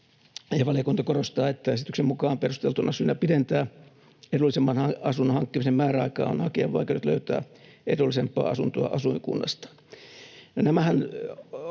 valiokunta korostaa, että esityksen mukaan perusteltuna syynä pidentää edullisemman asunnon hankkimisen määräaikaa on hakijan vaikeudet löytää edullisempaa asuntoa asuinkunnasta.